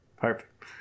perfect